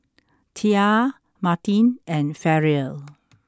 Tia Martine and Ferrell